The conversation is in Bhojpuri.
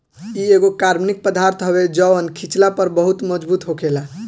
इ एगो कार्बनिक पदार्थ हवे जवन खिचला पर बहुत मजबूत होखेला